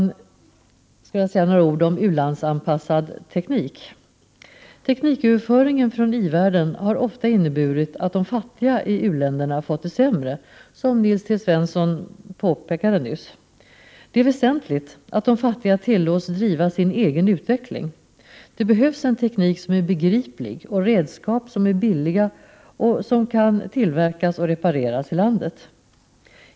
Jag skall säga några ord om U-landsanpassad teknik. Tekniköverföringen från i-världen har ofta inneburit att de fattiga i u-länderna fått det sämre, som Nils T Svensson påpekade nyss. Det är väsentligt att de fattiga tillåts driva sin egen utveckling. Det behövs en teknik som är begriplig och redskap som är billiga och som kan tillverkas och repareras i landet.